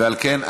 ועל כן,